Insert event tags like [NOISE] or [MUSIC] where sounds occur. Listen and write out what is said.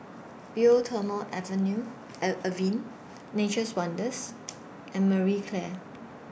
Eau Thermale Avenue [HESITATION] Avene Nature's Wonders and Marie Claire